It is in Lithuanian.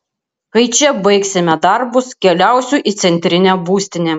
kai čia baigsime darbus keliausiu į centrinę būstinę